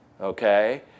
Okay